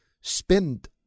spend